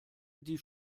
die